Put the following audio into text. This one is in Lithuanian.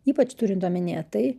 ypač turint omenyje tai